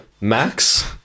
Max